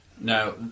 Now